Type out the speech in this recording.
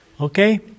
Okay